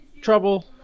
trouble